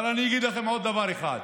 אבל אני אגיד לכם עוד דבר אחד.